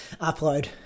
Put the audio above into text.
upload